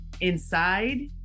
inside